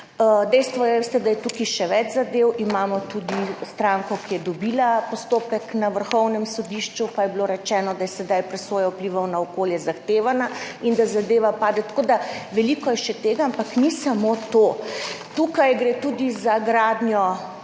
Dejstvo je, da je tukaj še več zadev, imamo tudi stranko, ki je dobila postopek na Vrhovnem sodišču, pa je bilo rečeno, da je sedaj zahtevana presoja vplivov na okolje in da zadeva pade. Tako da je tega še veliko, ampak ni samo to. Tukaj gre tudi za gradnjo